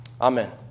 Amen